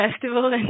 festival